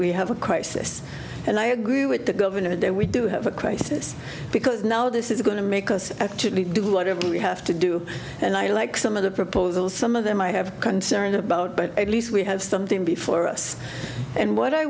we have a crisis and i agree with the governor that we do have a crisis because now this is going to make us actually do whatever we have to do and i like some of the proposals some of them i have concerned about but at least we have something before us and what i